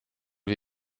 wir